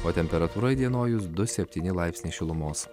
o temperatūra įdienojus du septyni laipsniai šilumos